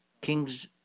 kings